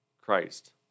Christ